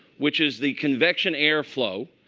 which is the convection airflow.